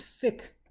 thick